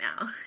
now